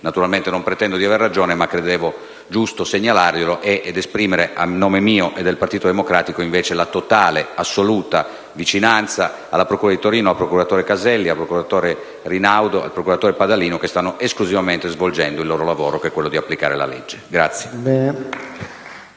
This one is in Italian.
Naturalmente non pretendo di aver ragione, ma ho ritenuto giusto segnalarle il caso. Esprimo altresı, a nome mio e del Partito Democratico, la totale e assoluta vicinanza alla procura di Torino, al procuratore Caselli e ai procuratori Rinaudo e Padalino, che stanno esclusivamente svolgendo il loro lavoro, che e quello di applicare la legge.